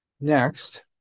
Next